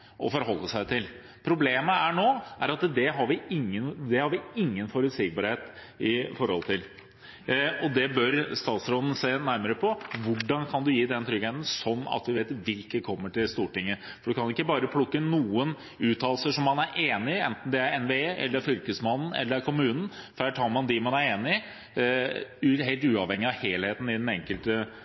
forholde seg til. Problemet nå er at her har vi ingen forutsigbarhet. Og statsråden bør se nærmere på hvordan man kan gi den tryggheten, sånn at vi vet hvilke som kommer til Stortinget. Man kan ikke bare plukke noen uttalelser som man er enig i, enten det er NVE, det er Fylkesmannen, eller det er kommunen. Her tar man dem man er enig i, helt uavhengig av helheten i den enkelte